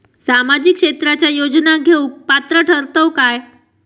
सामाजिक क्षेत्राच्या योजना घेवुक पात्र ठरतव काय?